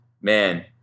man